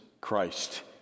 Christ